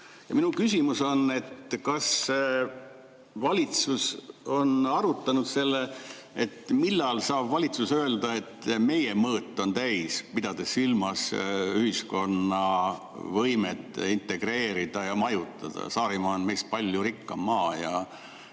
Minu küsimus on, kas valitsus on arutanud, millal saab valitsus öelda, et meie mõõt on täis, pidades silmas ühiskonna võimet [põgenikke] integreerida ja majutada. Saarimaa on meist palju rikkam ja